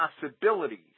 possibilities